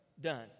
done